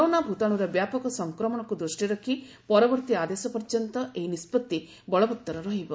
corona ଭୂତାଣୁର ବ୍ୟାପକ ସଂକ୍ରମଣକୁ ଦୂଷ୍ଟିରେ ରଖି ପରବର୍ତ୍ତୀ ଆଦେଶ ପର୍ଯ୍ୟନ୍ତ ଏହି ନିଷ୍ପଭି ବଳବତ୍ତର ରହିବ